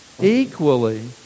Equally